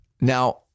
Now